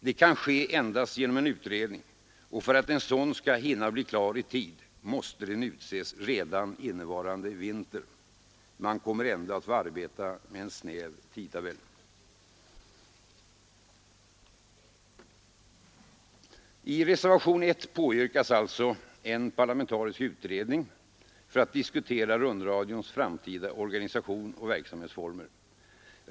Det kan ske endast genom en utredning, och för att en sådan skall hinna bli klar i tid måste den utses redan innevarande vinter. Man kommer ändå att få arbeta med en snäv tidtabell. I reservationen 1 påyrkas alltså en parlamentarisk utredning för att diskutera rundradions framtida organisation och verksamhetsformer.